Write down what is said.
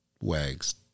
wags